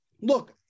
look